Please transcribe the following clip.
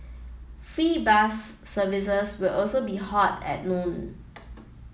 free bus services will also be halted at noon